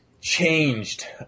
changed